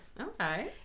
Okay